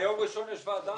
ביום ראשון יש ישיבת ועדה?